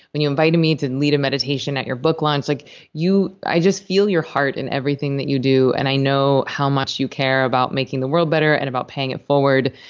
when you invited me to lead a meditation at your book launch, like i just feel your heart in everything that you do. and i know how much you care about making the world better, and about paying it forward,